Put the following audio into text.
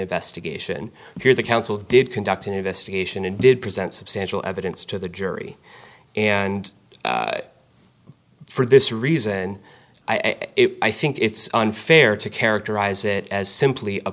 investigation through the council did conduct an investigation and did present substantial evidence to the jury and for this reason i think it's unfair to characterize it as simply